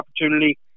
opportunity